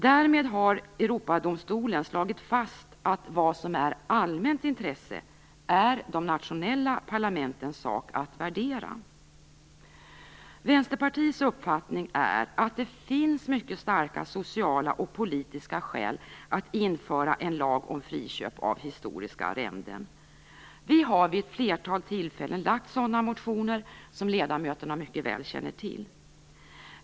Därmed har Europadomstolen slagit fast att det är de nationella parlamentens sak att värdera vad som är Vänsterpartiets uppfattning är att det finns mycket starka sociala och politiska skäl att införa en lag om friköp av historiska arrenden. Vi har vid ett flertal tillfällen lagt fram sådana motioner, som ledamöterna mycket väl känner till.